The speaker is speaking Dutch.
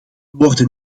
worden